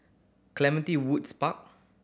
Clementi Woods Park